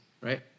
right